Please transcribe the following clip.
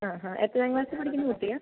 ആ ആ എത്രാം ക്ലാസ്സിൽ പഠിക്കുന്ന കുട്ടിയാ